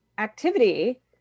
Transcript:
activity